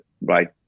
right